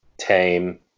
tame